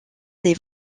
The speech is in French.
des